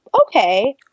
Okay